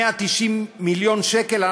190 מיליון שקל,